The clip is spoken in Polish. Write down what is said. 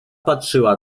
patrzyła